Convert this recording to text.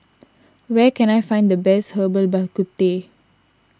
where can I find the best Herbal Bak Ku Teh